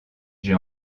j’ai